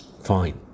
Fine